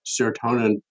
serotonin